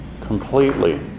completely